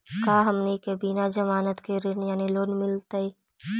का हमनी के बिना जमानत के ऋण यानी लोन मिलतई?